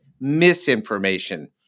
misinformation